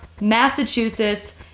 Massachusetts